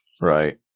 Right